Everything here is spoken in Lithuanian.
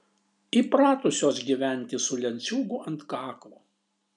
įpratusios gyventi su lenciūgu ant kaklo